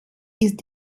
ist